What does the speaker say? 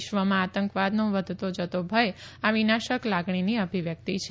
વિશ્વમાં આતંકવાદનો વધતો જતો ભય આ વિનાશક લાગણીની અભિવ્યક્તિ છે